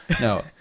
no